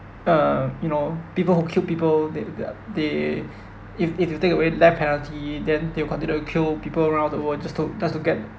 uh you know people who killed people they they are they if if you take away the death penalty then they will continue to kill people around the world just to just to get